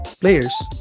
players